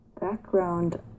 background